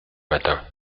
matin